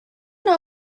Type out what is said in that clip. know